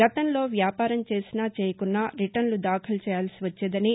గతంలో వ్యాపారం చేసినా చేయకున్నా రిటర్న్లు దాఖలు చేయాల్సి వచ్చేదని